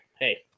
hey